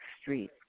Street